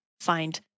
find